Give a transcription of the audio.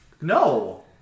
No